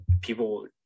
people